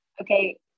okay